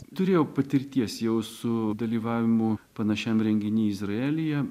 turėjau patirties jau su dalyvavimu panašiam renginy izraelyje